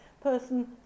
person